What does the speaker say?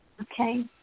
Okay